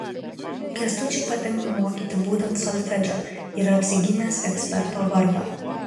kęstučiui patinka mokyti būtent solfedžio yra apsigynęs eksperto vardą